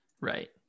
right